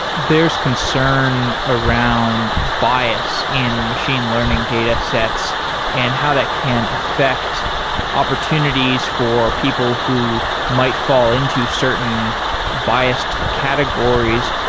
there's concern around bias in machine learning datasets and how that can affect opportunities for people who might fall into certain biased categories.